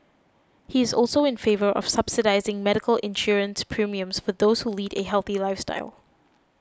he is also in favour of subsidising medical insurance premiums for those who lead a healthy lifestyle